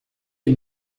est